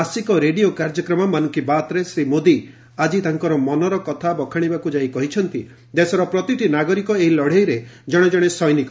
ମାସିକ ରେଡ଼ିଓ କାର୍ଯ୍ୟକ୍ରମ ମନ୍ କୀ ବାତ୍ରେ ଶ୍ରୀ ମୋଦି ଆଜି ତାଙ୍କର ମନ କଥା ବଖାଶିବାକୃ ଯାଇ କହିଛନ୍ତି ଦେଶର ପ୍ରତିଟି ନାଗରିକ ଏହି ଲଢ଼େଇରେ ଜଣେ ଜଣେ ସୈନିକ